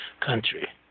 country